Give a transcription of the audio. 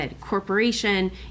corporation